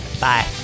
Bye